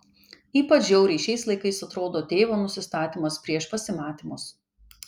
ypač žiauriai šiais laikais atrodo tėvo nusistatymas prieš pasimatymus